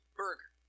burger